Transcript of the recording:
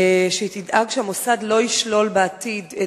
שהיא תדאג שהמוסד לא ישלול בעתיד את